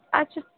আচ্ছা